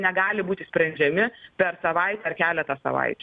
negali būti sprendžiami per savaitę ar keletą savaičių